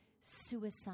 suicide